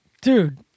dude